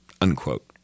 unquote